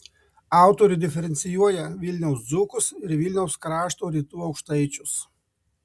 autorė diferencijuoja vilniaus dzūkus ir vilniaus krašto rytų aukštaičius